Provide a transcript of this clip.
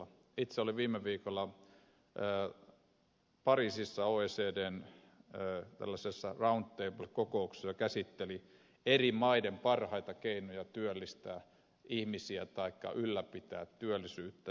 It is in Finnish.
itse olin viime viikolla pariisissa oecdn roundtable kokouksessa joka käsitteli eri maiden parhaita keinoja työllistää ihmisiä taikka ylläpitää työllisyyttä